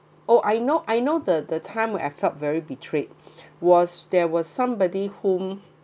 oh I know I know the the time where I felt very betrayed was there was somebody whom